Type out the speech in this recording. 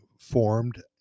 formed